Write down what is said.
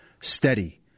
Steady